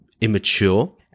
immature